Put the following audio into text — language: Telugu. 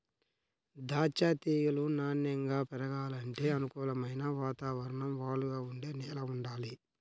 దాచ్చా తీగలు నాన్నెంగా పెరగాలంటే అనుకూలమైన వాతావరణం, వాలుగా ఉండే నేల వుండాలి